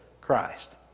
Christ